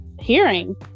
hearing